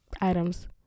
items